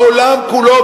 העולם כולו,